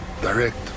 direct